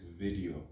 video